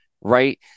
Right